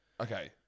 Okay